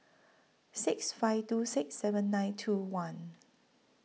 six five two six seven nine two one